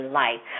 life